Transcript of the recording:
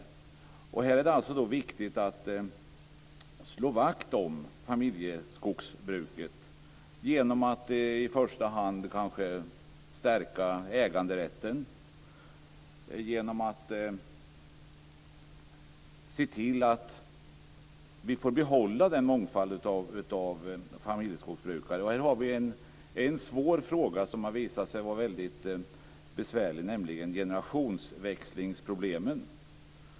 Därför är det viktigt att slå vakt om familjeskogsbruket, kanske i första hand genom att stärka äganderätten, och se till att vi får behålla familjeskogsbrukens mångfald. Här finns en fråga som visat sig vara väldigt besvärlig, nämligen generationsväxlingsproblemen.